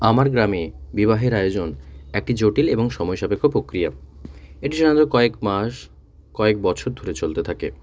আমার গ্রামে বিবাহের আয়োজন একটি জটিল এবং সময় সাপেক্ষ প্রক্রিয়া এটি সাধায়ণত কয়েক মাস কয়েক বছর ধরে চলতে থাকে